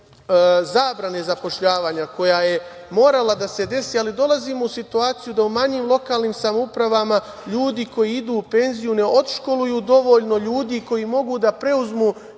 zabrane zapošljavanja koja je morala da se desi, ali dolazimo u situaciju da u manjim lokalnim samoupravama ljudi koji idu u penziju ne odškoluju dovoljno ljudi koji mogu da preuzmu